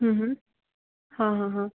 हाँ हाँ हाँ